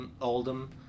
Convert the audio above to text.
Oldham